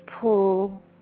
pull